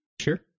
Sure